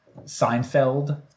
Seinfeld